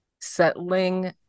settling